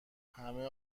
همه